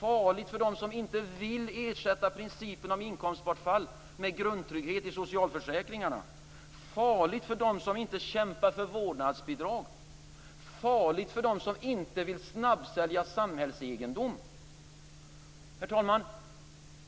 farligt för dem som inte vill ersätta principen om inkomstbortfall med grundtrygghet i socialförsäkringarna, farligt för dem som inte kämpar för vårdnadsbidrag och farligt för dem som inte vill snabbsälja samhällsegendom. Herr talman!